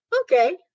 Okay